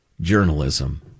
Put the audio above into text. journalism